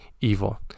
evil